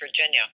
Virginia